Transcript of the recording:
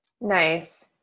Nice